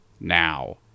now